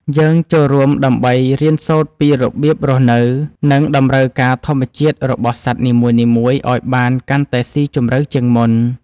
យើងចូលរួមដើម្បីរៀនសូត្រពីរបៀបរស់នៅ និងតម្រូវការធម្មជាតិរបស់សត្វនីមួយៗឱ្យបានកាន់តែស៊ីជម្រៅជាងមុន។